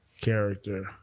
character